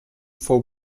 for